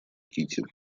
кити